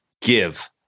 give